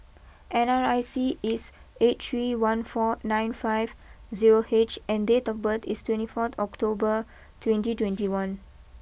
N R I C is eight three one four nine five zero H and date of birth is twenty four October twenty twenty one